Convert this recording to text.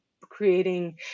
creating